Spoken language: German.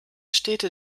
städte